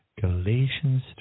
Galatians